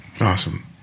Awesome